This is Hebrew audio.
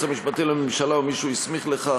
המשפטי לממשלה או מי שהוא הסמיך לכך,